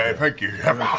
ah thank you.